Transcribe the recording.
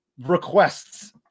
requests